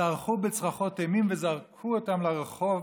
צרחו בצרחות אימים וזרקו אותם לרחוב,